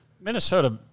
Minnesota